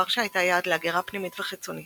ורשה הייתה יעד להגירה פנימית וחיצונית,